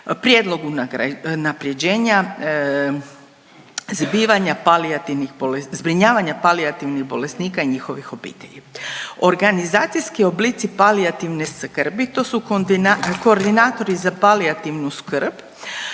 prijedlog unapređenja, zbrinjavanja palijativnih bolesnika i njihovih obitelji. Organizacijski oblici palijativne skrbi to su koordinatori za palijativnu skrb,